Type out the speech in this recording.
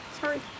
Sorry